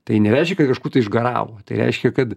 tai nereiškia kad kažkur tai išgaravo tai reiškia kad